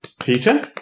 Peter